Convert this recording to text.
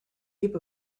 heap